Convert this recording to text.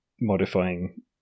modifying